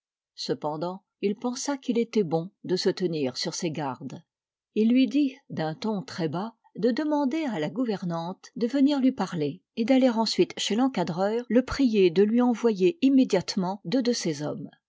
cependant il pensa qu'il était bon de se tenir sur ses gardes il lui dit d'un ton très bas de demander à la gouvernante de venir lui parler et d'aller ensuite chez l'encadreur le prier de lui envoyer immédiatement deux de ses hommes